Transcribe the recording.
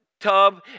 tub